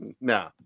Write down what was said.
No